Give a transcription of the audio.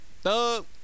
Thug